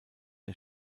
der